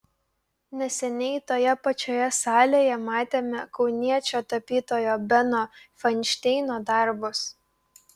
neseniai toje pačioje salėje matėme kauniečio tapytojo beno fainšteino darbus